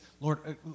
Lord